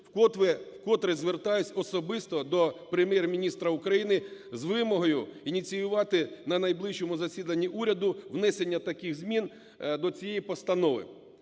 вкотре звертаюсь особисто до Прем'єр-міністра України з вимогою ініціювати на найближчому засіданні уряду внесення таких змін до цієї постанови.